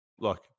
look